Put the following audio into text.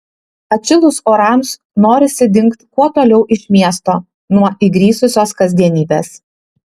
atšilus orams norisi dingt kuo toliau iš miesto nuo įgrisusios kasdienybės